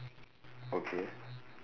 okay